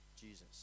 Jesus